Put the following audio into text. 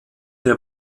der